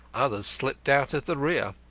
others slipped out at the rear.